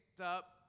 up